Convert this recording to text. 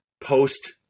post